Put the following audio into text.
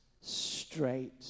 straight